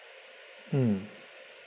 mm